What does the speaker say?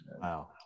Wow